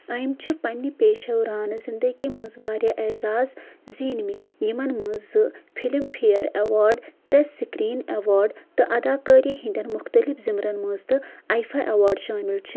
أمۍ چھِ پنٛنہِ پیشورانہٕ زِندگی منز وارِیاہ عیزاز زیٖنۍ مٕتۍ ، یمن منٛز زٕ فِلِم فِیَر ایوارڈ ، ترٛےٚ سٕکریٖن ایوارڈ تہٕ اَداکٲری ہندین مُختٔلِف ضمرن منز تہٕ آیفاے ایٚوارڈ شٲمِل چھِ